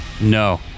No